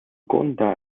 conte